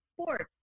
sports